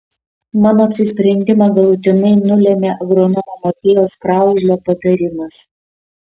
mano apsisprendimą galutinai nulėmė agronomo motiejaus kraužlio patarimas